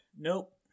Nope